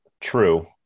True